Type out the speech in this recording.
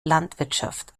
landwirtschaft